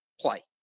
play